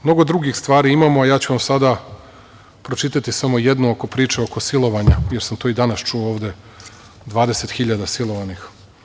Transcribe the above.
Mnogo drugih stvari imamo, a ja ću vam sada pročitati samo jednu priču oko silovanja, jer sam to i danas čuo ovde, 20.000 silovanih.